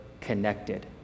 connected